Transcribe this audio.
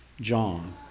John